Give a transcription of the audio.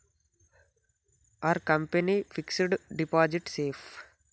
Are company fixed deposit safe?